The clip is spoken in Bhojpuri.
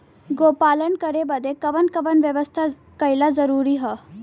गोपालन करे बदे कवन कवन व्यवस्था कइल जरूरी ह?